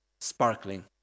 sparkling